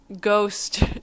ghost